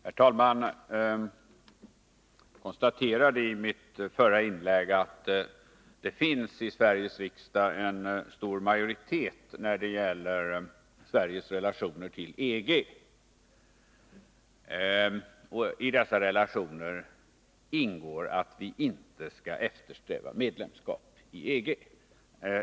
Herr talman! Jag konstaterade i mitt förra inlägg att en stor majoritet av Sveriges riksdag är enig i sin uppfattning om Sveriges relationer till EG. Däri ingår att vi inte skall eftersträva medlemskap i EG.